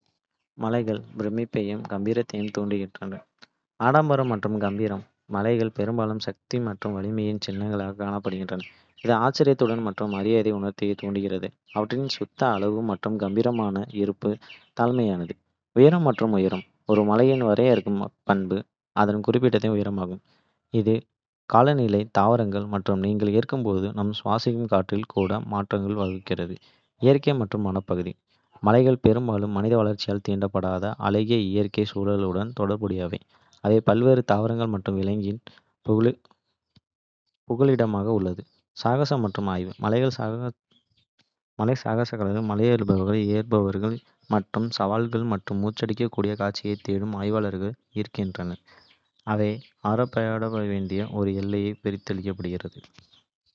மலைகள் பிரமிப்பையும் கம்பீரத்தையும் தூண்டுகின்றன. நான் அவர்களுடன் தொடர்புபடுத்துவது இங்கே. ஆடம்பரம் மற்றும் கம்பீரம்: மலைகள் பெரும்பாலும் சக்தி மற்றும் வலிமையின் சின்னங்களாகக் காணப்படுகின்றன, இது ஆச்சரியம் மற்றும் மரியாதை உணர்வைத் தூண்டுகிறது. அவற்றின் சுத்த அளவு மற்றும் கம்பீரமான இருப்பு தாழ்மையானது. உயரம் மற்றும் உயரம் ஒரு மலையின் வரையறுக்கும் பண்பு அதன் குறிப்பிடத்தக்க உயரமாகும். இது காலநிலை, தாவரங்கள் மற்றும் நீங்கள் ஏறும்போது நாம் சுவாசிக்கும் காற்றில் கூட மாற்றங்களுக்கு வழிவகுக்கிறது. இயற்கை மற்றும் வனப்பகுதி மலைகள் பெரும்பாலும் மனித வளர்ச்சியால் தீண்டப்படாத அழகிய இயற்கை சூழல்களுடன் தொடர்புடையவை. அவை பல்வேறு தாவரங்கள் மற்றும். விலங்கினங்களின் புகலிடங்களாக உள்ளன. சாகசம் மற்றும் ஆய்வு: மலைகள் சாகசக்காரர்கள், மலையேறுபவர்கள், ஏறுபவர்கள் மற்றும் சவால்கள் மற்றும் மூச்சடைக்கக்கூடிய காட்சிகளைத் தேடும் ஆய்வாளர்களை ஈர்க்கின்றன. அவை ஆராயப்பட வேண்டிய ஒரு எல்லையை பிரதிநிதித்துவப்படுத்துகின்றன.